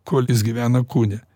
kol jis gyvena kūne